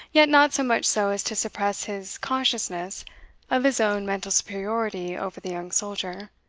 yet not so much so as to suppress his consciousness of his own mental superiority over the young soldier